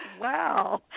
Wow